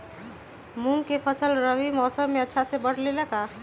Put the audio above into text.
मूंग के फसल रबी मौसम में अच्छा से बढ़ ले का?